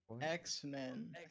X-Men